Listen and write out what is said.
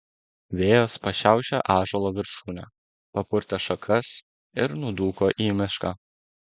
vėjas pašiaušė ąžuolo viršūnę papurtė šakas ir nudūko į mišką